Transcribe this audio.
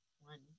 One